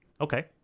Okay